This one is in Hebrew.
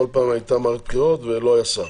כל פעם הייתה מערכת בחירות ולא היה שר.